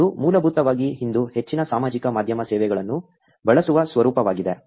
ಇದು ಮೂಲಭೂತವಾಗಿ ಇಂದು ಹೆಚ್ಚಿನ ಸಾಮಾಜಿಕ ಮಾಧ್ಯಮ ಸೇವೆಗಳನ್ನು ಬಳಸುವ ಸ್ವರೂಪವಾಗಿದೆ